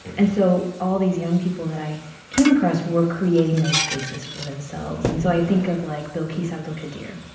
and so all these young people that i came across were creating those spaces for themselves and so i think of, like, bilqis abdul-qaadir